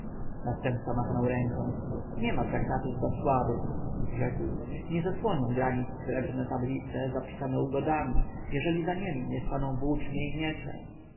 następca machnął ręką niema traktatów dla słabych rzekł nie zasłonią granic srebrne tablice zapisane ugodami jeżeli za niemi nie staną włócznie i miecze